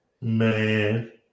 Man